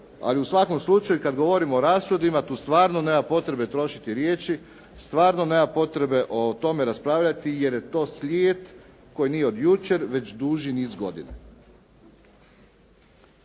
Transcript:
Ali u svakom slučaju kad govorimo o rashodima tu stvarno nema potrebe trošiti riječi, stvarno nema potrebe o tome raspravljati jer je to slijed koji nije od jučer već duži niz godina.